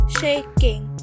shaking